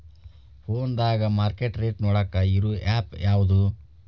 ಫೋನದಾಗ market rate ನೋಡಾಕ್ ಇರು ಆ್ಯಪ್ ಯಾವದು?